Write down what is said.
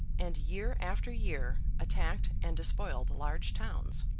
and, year after year, attacked and despoiled large towns.